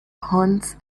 haunts